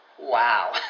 Wow